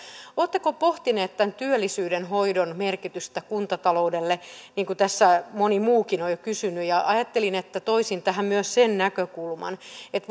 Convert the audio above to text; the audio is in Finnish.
oletteko pohtinut työllisyyden hoidon merkitystä kuntataloudelle niin kuin tässä moni muukin on kysynyt ajattelin että toisin tähän myös sen näkökulman että